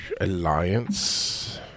Alliance